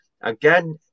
again